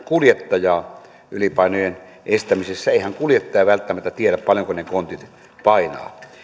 kuljettajaa ylipainojen estämisessä eihän kuljettaja välttämättä tiedä paljonko ne kontit painavat